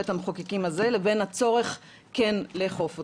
בית המחוקקים הזה לבין הצורך כן לאכוף אותן.